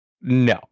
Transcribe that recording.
No